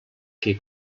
que